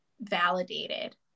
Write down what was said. validated